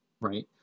right